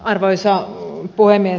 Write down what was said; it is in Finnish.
arvoisa puhemies